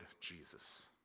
Jesus